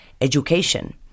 education